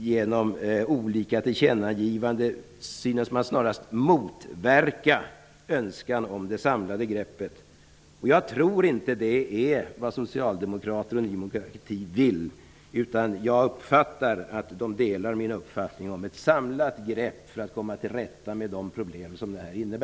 Genom olika tillkännagivanden synes de snarast motverka önskan om det samlade greppet. Jag tror inte att det är vad Socialdemokraterna och Ny demokrati vill, utan jag tror att de delar min uppfattning om att ett samlat grepp måste tas för att man skall komma till rätta med de problem som finns.